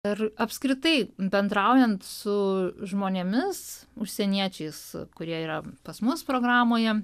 ir apskritai bendraujant su žmonėmis užsieniečiais kurie yra pas mus programoje